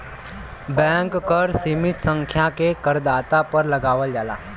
bank कर सीमित संख्या में करदाता पर लगावल जाला